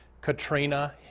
Katrina